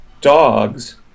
dogs